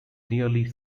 nearly